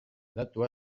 datu